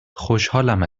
خوشحالم